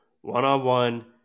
one-on-one